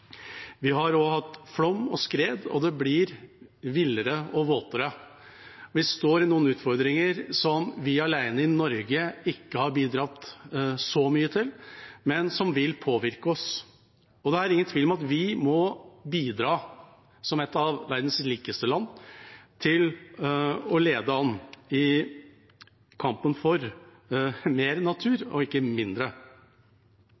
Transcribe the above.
Vi har også hatt flom og skred. Det blir villere og våtere. Vi står i noen utfordringer som vi alene i Norge ikke har bidratt så mye til, men som vil påvirke oss. Det er ingen tvil om at vi, som et av verdens rikeste land, må bidra til å lede an i kampen for mer